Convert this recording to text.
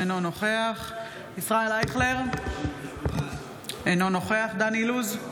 אינו נוכח ישראל אייכלר, אינו נוכח דן אילוז,